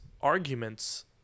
arguments